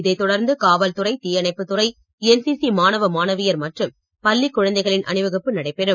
இதை தொடர்ந்து காவல்துறை தீயணைப்புத் துறை என்சிசி மாணவ மாணவியர் மற்றும் பள்ளிக் குழந்தைகளின் அணிவகுப்பு நடைபெறும்